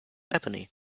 ebony